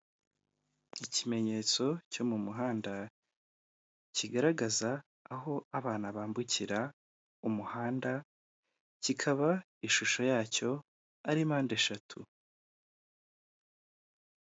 Ikimenyetso cyo mu muhanda kigaragaza aho abana bambukira umuhanda, kikaba ishusho yacyo ari mpande eshatu.